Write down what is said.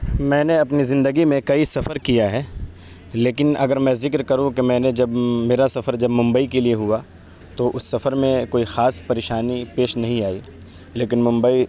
میں نے اپنی زندگی میں کئی سفر کیا ہے لیکن اگر میں ذکر کروں کہ میں نے جب میرا سفر جب ممبئی کے لیے ہوا تو اس سفر میں کوئی خاص پریشانی پیش نہیں آئی لیکن ممبئی